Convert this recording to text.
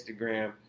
Instagram